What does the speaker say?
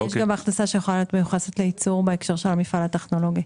יש גם הכנסה שיכולה להיות מיוחדת לייצור בהקשר של המפעל הטכנולוגי.